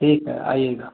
ठीक है आइएगा